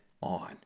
on